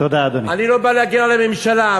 אני לא בא להגן על הממשלה,